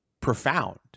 profound